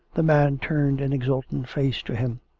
the man turned an exultant face to him.